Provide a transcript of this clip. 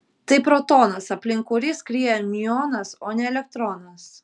tai protonas aplink kurį skrieja miuonas o ne elektronas